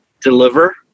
deliver